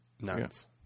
Nuns